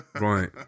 Right